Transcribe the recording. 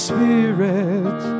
Spirit